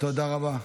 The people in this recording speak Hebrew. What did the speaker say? תודה רבה.